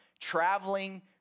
traveling